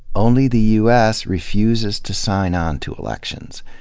only the u s. refuses to sign on to elections,